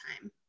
time